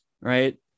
right